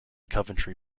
coventry